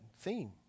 theme